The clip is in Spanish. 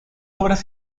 obras